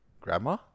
Grandma